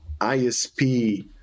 isp